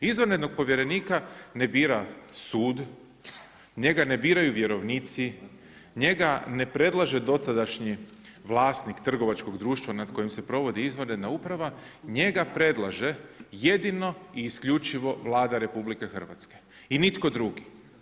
Izvanrednog povjerenika ne bira sud, njega ne biraju vjerovnici, njega ne predlaže dotadašnji vlasnik trgovačkog društva nad kojim se provodi izvanredna uprava, njega predlaže jedino i isključivo Vlada RH i nitko drugi.